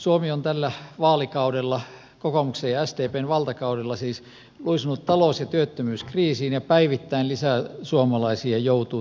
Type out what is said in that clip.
suomi on tällä vaalikaudella kokoomuksen ja sdpn valtakaudella siis luisunut talous ja työttömyyskriisiin ja päivittäin lisää suomalaisia joutuu työttömyysuhan alle